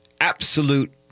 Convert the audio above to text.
absolute